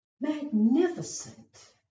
Magnificent